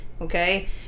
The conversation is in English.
Okay